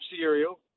cereal